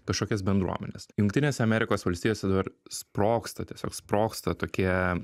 kažkokias bendruomenes jungtinėse amerikos valstijose dabar sprogsta tiesiog sprogsta tokie